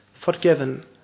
forgiven